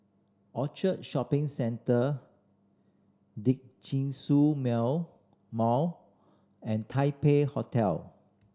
Orchard Shopping Centre Djitsun Mall and Taipei Hotel